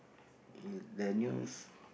the news